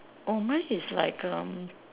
oh mine is like um